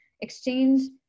exchange